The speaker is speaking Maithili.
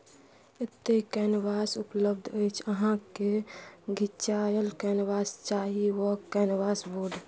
एतय कैनवास उपलब्ध अछि अहाँकेँ घिचायल कैनवास चाही वा कैनवास बोर्ड